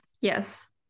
Yes